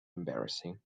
embarrassing